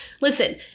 Listen